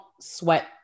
sweat